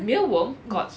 mealworm got